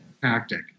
tactic